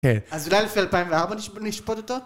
אז אולי לפי 2004 נשפוט אותו?